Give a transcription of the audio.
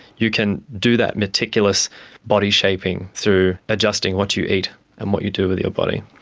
you can do that meticulous body shaping through adjusting what you eat and what you do with your body.